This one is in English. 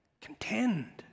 contend